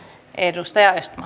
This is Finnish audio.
arvoisa